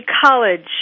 college